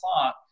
clock